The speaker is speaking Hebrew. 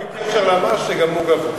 בלי קשר למס, שגם הוא גבוה.